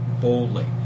boldly